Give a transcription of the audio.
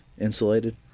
insulated